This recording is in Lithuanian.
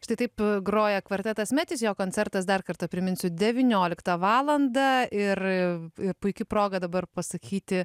štai taip groja kvartetas metis jo koncertas dar kartą priminsiu devynioliktą valandą ir ir puiki proga dabar pasakyti